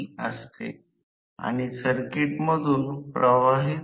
stator प्रवाहने हवेच्या अंतरात फिरणारे चुंबकीय क्षेत्र स्थापित केले